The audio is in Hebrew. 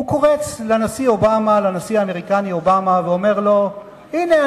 הוא קורץ לנשיא האמריקני אובמה ואומר לו: הנה,